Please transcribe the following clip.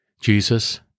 Jesus